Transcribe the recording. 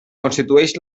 constitueix